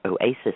oasis